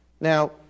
Now